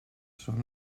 són